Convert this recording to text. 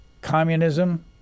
communism